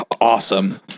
awesome